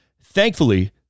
Thankfully